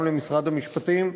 גם למשרד המשפטים,